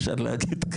אפשר להגיד,